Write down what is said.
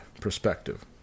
perspective